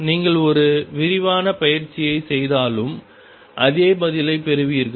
நீங்கள் ஒரு விரிவான பயிற்சியை செய்தாலும் அதே பதிலைப் பெறுவீர்கள்